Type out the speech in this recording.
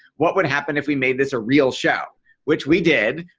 what would happen if we made this a real show which we did.